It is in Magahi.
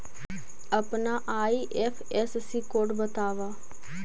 अपना आई.एफ.एस.सी कोड बतावअ